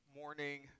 morning